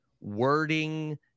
wording –